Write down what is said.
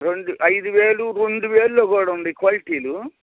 రెండు ఐదు వేలు రెండు వేలలో కూడా ఉన్నాయి క్వాలిటీలు